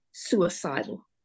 suicidal